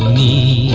the